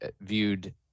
viewed